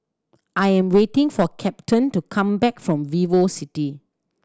I am waiting for Captain to come back from VivoCity